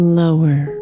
lower